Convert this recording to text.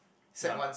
ya